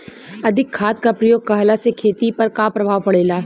अधिक खाद क प्रयोग कहला से खेती पर का प्रभाव पड़ेला?